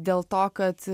dėl to kad